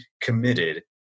committed